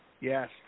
Yes